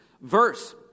verse